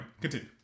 continue